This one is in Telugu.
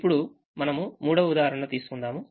ఇప్పుడు మనము 3వ ఉదాహరణ తీసుకుందాము